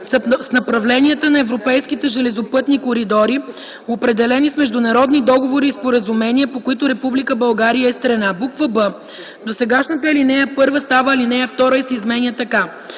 с направленията на европейските железопътни коридори, определени с международни договори и споразумения, по които Република България е страна.” б) досегашната ал. 1 става ал. 2 и се изменя така: